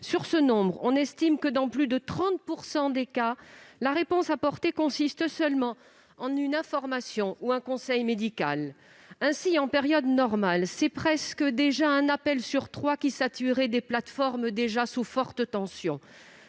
Sur ce nombre, on estime que, dans plus de 30 % des cas, la réponse apportée consiste seulement en une information ou en un conseil médical. Ainsi, en période normale, presque un appel sur trois sature les plateformes, déjà sous forte tension.